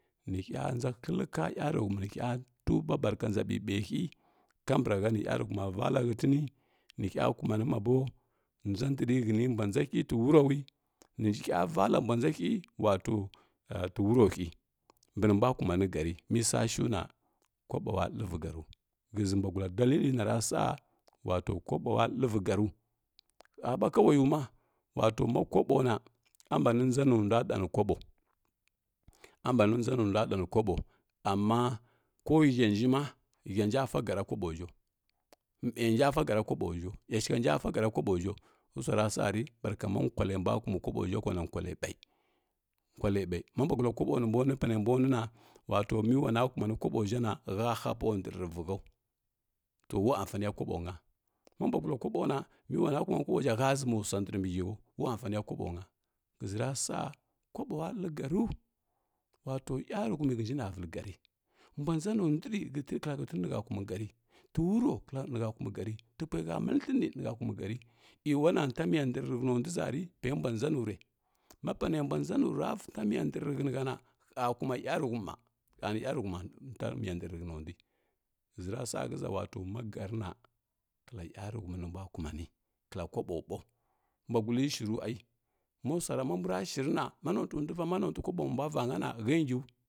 Nihə nəa həlka yaruhumi nikə tuba barka nza ɓiɓaihə kambrahəni yaruhuma vala hətini nihə kumani mɓa bo nʒa ndri hətini mbua nʒahə tiu arroui nihəvala mbua nʒahə wato tiurraohə mbinimbua kumai gəari mesaashuna kobo ləvi gəaru ghəzi mbuagʊa dalilinarasa wato kobowa ləvi səaru hə ɓa kawaiu ma wato ma koɓona a buni nʒa nundua ɗa no koɓo a bani nʒanundua də mi koɓo amm ko hənjima hənja fa gəra kobo ʒhəu mənja sa səra kobo ʒhəu ashi khənja sai gəra koɓo ʒhəu ulusuarasare barka makulalə mbua kumi kobo ʒhə kwana kwalə ɓai, kwalə bai, ma mbuagula kobo numbunu pane mbununa wato meuin ana kumani kobo ʒhənu həha puwandri ra vihəu to wuamfaniya kobo na, ma mbuaguka koɓona me ulana kumani kobo ʒə hə zimusua nabi mbi həhəu ulamsaniya kobonə shəzi ra sa kobowa lə gəaru ulato yaruhumi lənji na vəl gəari mbua nzani ndri klahətini nihə kumi gə ari tiuluaro ni hə kumi gəari tipwai hə məli thəni nihə kumigəari eulana ntamiya ndri tihənondu ʒari ɓay mbua nʒanure ma pane mbua nʒanura nta raiya ndri rehənihəna hə kuma yaruhumi mba həhi yaruhumi nta miya ndar rehənchi ghəzi rasa wato ma gərina kla yaruhun ni mbuwa kumani kla kobo ɓau mbulaguli shira ai ma mbu ra shirina manotundu fa manotui kobo nimbwa vanya na hə nsai.